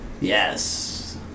yes